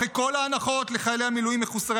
אחרי כל ההנחות לחיילי מילואים מחוסרי